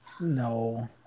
No